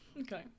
Okay